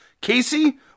Casey